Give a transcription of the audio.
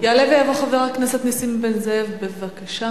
יעלה ויבוא חבר הכנסת נסים זאב, בבקשה.